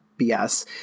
BS